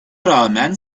rağmen